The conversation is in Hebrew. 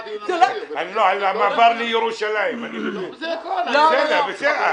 הדיון המהיר היה בנושא המעבר לירושלים.